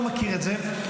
לא מכיר את זה,